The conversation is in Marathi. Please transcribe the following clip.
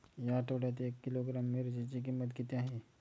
या आठवड्यात एक किलोग्रॅम मिरचीची किंमत किती आहे?